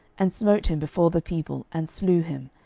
and smote him before the people, and slew him,